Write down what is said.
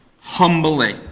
humbly